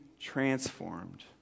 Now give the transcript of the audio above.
transformed